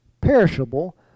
perishable